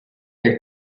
your